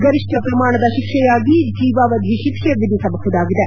ಗರಿಷ್ನ ಪ್ರಮಾಣದ ಶಿಕ್ಷೆಯಾಗಿ ಜೀವವಾಧಿ ಶಿಕ್ಷೆ ವಿಧಿಸಬಹುದಾಗಿದೆ